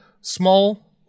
small